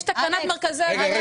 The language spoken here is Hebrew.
יש תקנת מרכזי הגנה --- רגע,